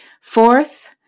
Fourth